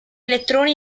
elettroni